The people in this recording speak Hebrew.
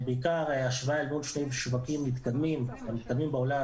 בעיקר השוואה אל מול שני שווקים המתקדמים בעולם,